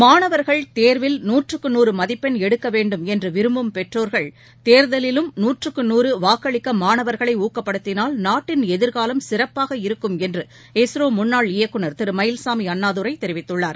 மாணவர்கள் தேர்வில் நூற்றுக்கு நூறு மதிப்பெண் எடுக்கவேண்டும் என்றுவிரும்பும் பெற்றோர்கள் தேர்தலிலும் நூற்றுக்கு நூறு வாக்களிக்கமானவர்களைஊக்கப்படுத்தினால் நாட்டின் எதிர்காலம் சிறப்பாக இருக்கும் என்று இஸ்ரோமுன்னாள் இயக்குநர் திருமயில்சாமிஅண்ணாதுரைதெரிவித்துள்ளார்